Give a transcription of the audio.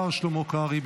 השר שלמה קרעי,